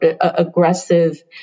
aggressive